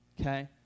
okay